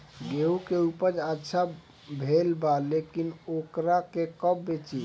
गेहूं के उपज अच्छा भेल बा लेकिन वोकरा के कब बेची?